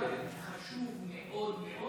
חשוב מאוד מאוד.